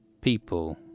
people